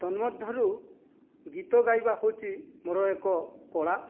ତନ୍ମମଧ୍ୟରୁ ଗୀତ ଗାଇବା ହେଉଛି ମୋର ଏକ କଳା